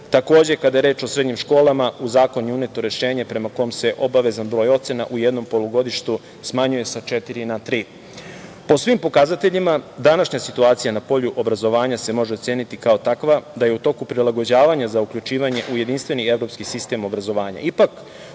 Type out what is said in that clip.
Takođe, kada je reč o srednjim školama u zakon je uneto rešenje prema kome se obavezan broj ocena u jednom polugodištu smanjuje sa četiri na tri. Po svim pokazateljima današnja situacija na polju obrazovanja se može oceniti kao takva, da je u toku prilagođavanja za uključivanje u jedinstveni evropski sistem obrazovanja